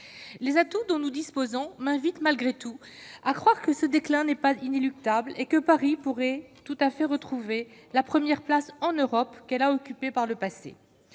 les atouts dont nous disposons, m'invite, malgré tout, à croire que ce déclin n'est pas inéluctable et que Paris pourrait tout à fait retrouvé la première place en Europe, qu'elle a occupé par le passé,